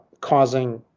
causing